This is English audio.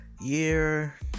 year